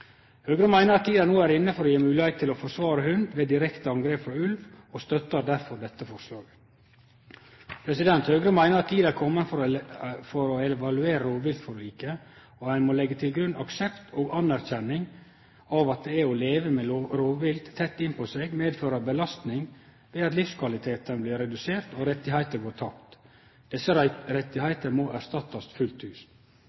Høgre meiner at tida no er inne for å gje moglegheit til å forsvare hund ved direkte angrep frå ulv, og støttar derfor dette forslaget. Høgre meiner at tida er komen for å evaluere rovviltforliket, og ein må leggje til grunn aksept og godkjenning av at det å leve med rovvilt tett innpå seg medfører belastning ved at livskvaliteten blir redusert og rettar går tapt. Desse